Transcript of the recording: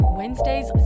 wednesdays